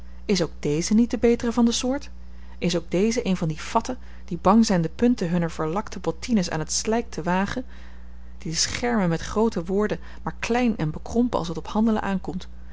is ook deze niet de betere van de soort is ook deze een van die fatten die bang zijn de punten hunner verlakte bottines aan het slijk te wagen die schermen met groote woorden maar klein en bekrompen als het op handelen aankomt